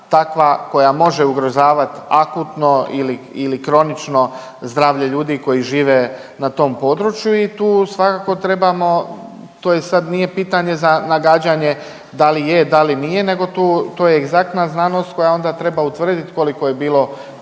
koja može ugrožavati akutno ili kronično zdravlje ljudi koji žive na tom području i tu svakako trebamo, to sad nije pitanje za nagađanje da li je, da li nije, nego to je egzaktna znanost koja onda treba utvrditi koliko je bilo